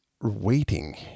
waiting